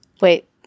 Wait